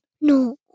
No